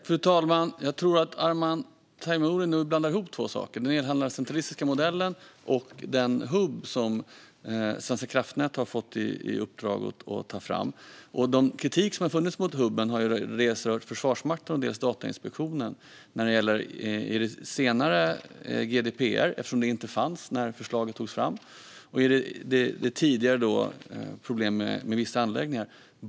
Fru talman! Jag tror att Arman Teimouri blandar ihop två saker: den elhandlarcentriska modellen och den hubb som Svenska kraftnät har fått i uppdrag att ta fram. Den kritik som har funnits mot hubben har dels rört Försvarsmakten, dels Datainspektionen. I det senare fallet gäller kritiken GDPR, eftersom detta inte fanns när förslaget togs fram. I det tidigare fallet gäller det problem med vissa anläggningar.